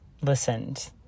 listened